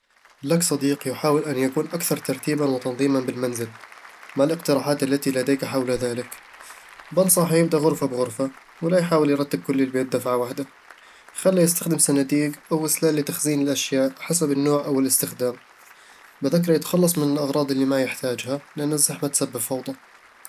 لك صديق يحاول أن يكون أكثر ترتيبًا وتنظيمًا بالمنزل. ما الاقتراحات التي لديك حول ذلك؟ بنصحه يبدأ غرفة غرفة، ولا يحاول يرتب كل البيت دفعة وحدة خلّه يستخدم صناديق أو سلال لتخزين الأشياء حسب النوع أو الاستخدام بذكره يتخلص من الأغراض اللي ما يحتاجها، لأن الزحمة تسبب فوضى